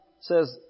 says